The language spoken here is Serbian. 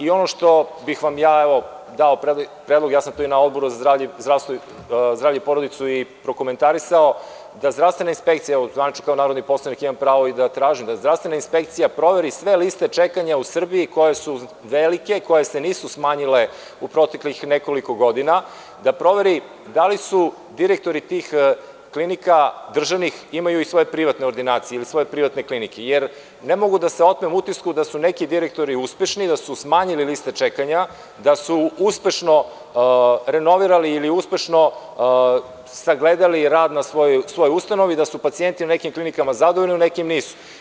Ono što bih vam ja dao kao predlog, to sam i na Odboru za zdravlje i porodicu prokomentarisao, da zdravstvena inspekcija, zvanično kao narodni poslanik imam pravo i da tražim, proveri sve liste čekanja u Srbiji koje su velike, koje se nisu smanjile u proteklih nekoliko godina, da proveri da li direktori tih državnih klinika imaju i svoje privatne ordinacije ili svoje privatne klinike, jer ne mogu da se otmem utisku da su neki direktori uspešni, da su smanjili liste čekanja, da su uspešno renovirali ili uspešno sagledali rad na svojoj ustanovi, da su pacijenti nekim klinikama zadovoljni, a u nekim nisu.